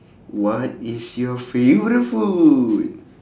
what is your favourite food